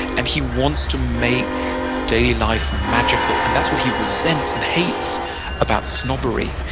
and he wants to make daily life magical. and that's what he resents and hates about snobbery,